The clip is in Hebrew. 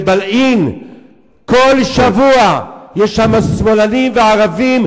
בבילעין כל שבוע יש שמאלנים וערבים,